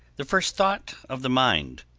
the first thought of the mind,